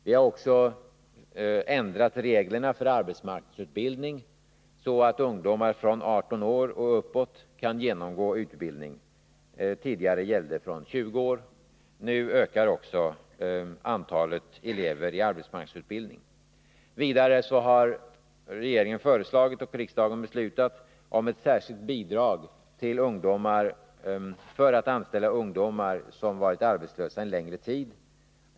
Vi har också ändrat reglerna för arbetsmarknadsutbildning, så att ungdomar från 18 år och uppåt kan genomgå utbildning — tidigare gällde detta från 20 år. Nu ökar också antalet elever i arbetsmarknadsutbildning. Vidare har regeringen föreslagit och riksdagen beslutat om ett särskilt bidrag för anställning av ungdomar som varit arbetslösa en längre tid.